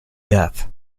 death